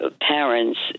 parents